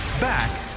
back